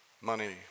Money